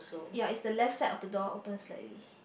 ya it's the left side of the door open slightly